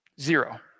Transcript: Zero